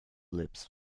lips